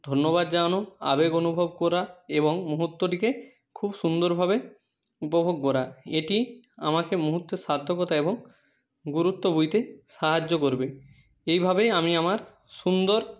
ধন্যবাদ জানানো আবেগ অনুভব করা এবং মুহূর্তটিকে খুব সুন্দরভাবে উপভোগ করা এটি আমাকে মুহূর্তের সার্থকতা এবং গুরুত্ব বুঝতে সাহায্য করবে এইভাবেই আমি আমার সুন্দর